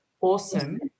awesome